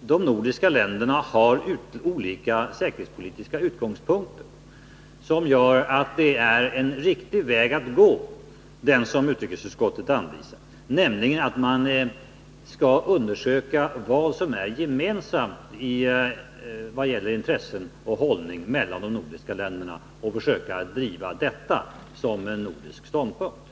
de nordiska länderna har olika säkerhetspolitiska utgångspunkter som gör att det är riktigt att gå den väg som utrikesutskottet anvisar, nämligen att man skall undersöka vad som är gemensamt vad gäller intressen och hållning mellan de nordiska länderna och försöka driva detta som en nordisk ståndpunkt.